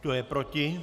Kdo je proti?